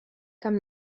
kam